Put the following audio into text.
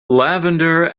lavender